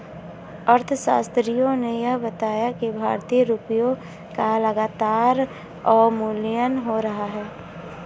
अर्थशास्त्रियों ने यह बताया कि भारतीय रुपयों का लगातार अवमूल्यन हो रहा है